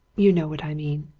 you know what i mean.